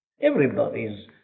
Everybody's